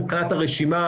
מבחינת הרשימה,